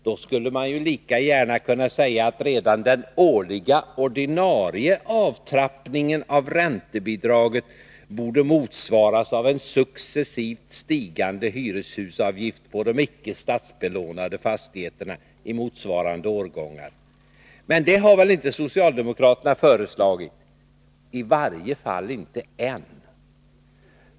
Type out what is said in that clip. Då skulle man ju lika gärna kunna säga att redan den årliga ordinarie avtrappningen av räntebidraget borde motsvaras av en successivt stigande hyreshusavgift på de icke statsbelånade fastigheterna i motsvarande årgångar. Men det har väl inte socialdemokraterna föreslagit? I varje fall inte än.